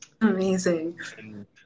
Amazing